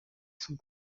son